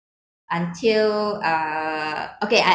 until uh okay I